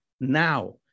now